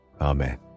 Amen